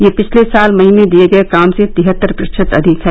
यह पिछले साल मई में दिए गए काम से तिहत्तर प्रतिशत अधिक है